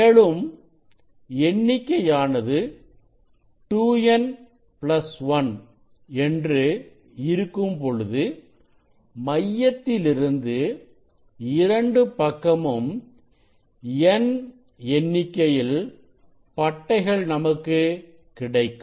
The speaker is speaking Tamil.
மேலும் எண்ணிக்கையானது 2n1 என்று இருக்கும்பொழுது மையத்திலிருந்து இரண்டு பக்கமும் n எண்ணிக்கையில் பட்டைகள் நமக்கு கிடைக்கும்